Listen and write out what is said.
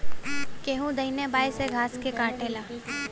केहू दहिने बाए से घास के काटेला